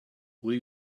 will